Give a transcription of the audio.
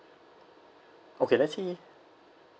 okay actually